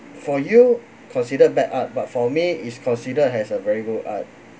for you considered bad art but for me it's considered as a very good art